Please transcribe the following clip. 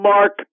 Mark